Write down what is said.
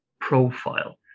profile